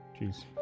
Jeez